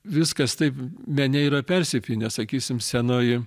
viskas taip mene yra persipynę sakysim senoji